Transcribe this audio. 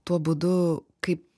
tuo būdu kaip